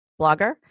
blogger